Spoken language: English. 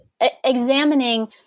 Examining